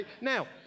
Now